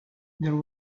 there